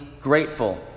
grateful